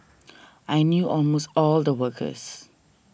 I knew almost all the workers